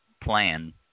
plan